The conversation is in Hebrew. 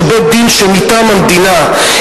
שהוא בית-דין שמטעם המדינה,